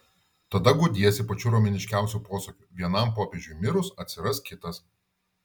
tada guodiesi pačiu romėniškiausiu posakiu vienam popiežiui mirus atsiras kitas